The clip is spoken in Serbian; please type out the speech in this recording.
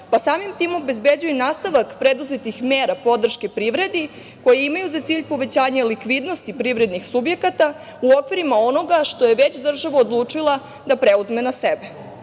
pa samim tim obezbeđuju nastavak preduzetih mera, podrške privredi koje imaju za cilj povećanje likvidnosti privrednih subjekata uokvirimo onoga što je već državu odlučila da preuzme na sebe. Ovim